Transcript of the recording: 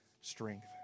strength